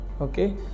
Okay